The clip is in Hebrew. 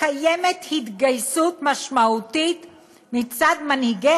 קיימת התגייסות משמעותית מצד מנהיגי